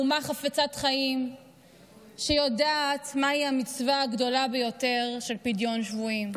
אומה חפצת חיים שיודעת מהי המצווה הגדולה ביותר של פדיון שבויים.